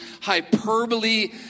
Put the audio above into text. hyperbole